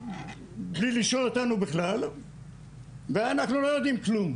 בלי לשאול אותנו בכלל ואנחנו לא יודעים כלום